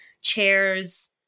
Chairs